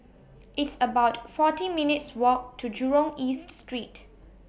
It's about forty minutes' Walk to Jurong East Street